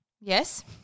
Yes